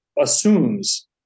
assumes